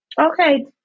Okay